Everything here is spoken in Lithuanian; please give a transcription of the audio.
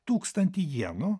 tūkstantį jenų